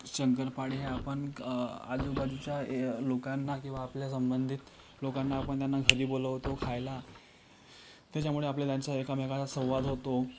शंकरपाळ्या आपण आजूबाजूच्या लोकांना किंवा आपल्या संबंधित लोकांना आपण त्यांना घरी बोलवतो खायला त्याच्यामुळे आपले त्यांचा एकमेकांचा संवाद होतो